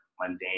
mundane